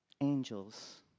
angels